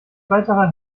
weiterer